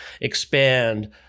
expand